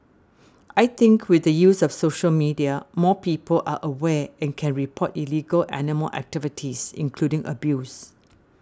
I think with the use of social media more people are aware and can report illegal animal activities including abuse